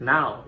Now